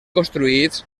construïts